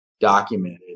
documented